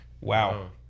wow